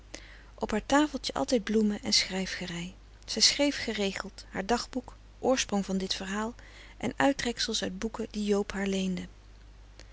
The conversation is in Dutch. op haar tafeltje altijd bloemen en schrijfgerei zij schreef geregeld haar dagboek oorsprong van dit verhaal en uittreksels uit boeken die joob haar leende